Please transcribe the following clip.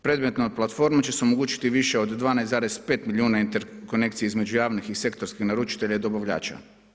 Predmetno od platforme će se omogućiti više od 12,5 milijuna interkonekcije između javnih i sektorskih naručitelja i dobavljača.